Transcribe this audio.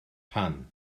pan